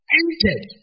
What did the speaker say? entered